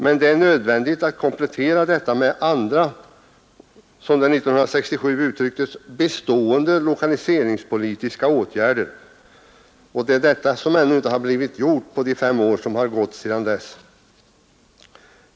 Men det är nödvändigt att komplettera detta med andra — som det 1967 uttrycktes — ”bestående lokaliseringspolitiska åtgärder”, och det är detta som inte har blivit gjort på de fem år som gått sedan beslutet fattades.